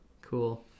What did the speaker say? cool